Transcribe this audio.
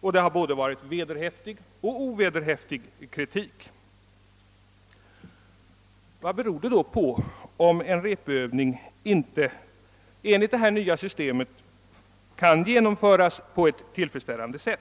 Den har varit såväl av vederhäftigt som ovederhäftigt slag. Vad beror det då på om en repövning enligt detta nya system inte kan genomföras tillfredsställande?